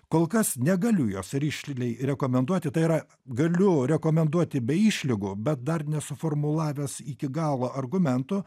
kol kas negaliu jos rišliai rekomenduoti tai yra galiu rekomenduoti be išlygų bet dar nesuformulavęs iki galo argumentų